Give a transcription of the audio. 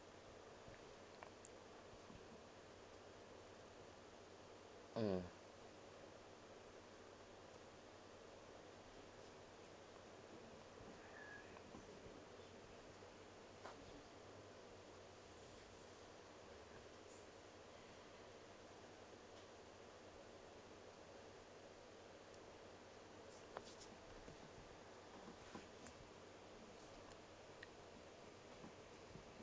mm